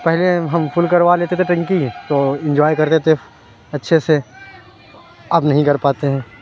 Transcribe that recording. پہلے ہم فل کروا لیتے تھے ٹنکی تو انجوائے کرتے تھے اچھے سے اب نہیں کر پاتے ہیں